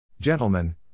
Gentlemen